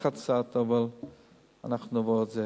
לחץ קצת, אבל אנחנו נעבור את זה.